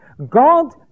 God